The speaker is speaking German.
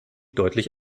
deutlich